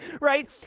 right